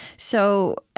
so,